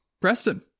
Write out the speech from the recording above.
Preston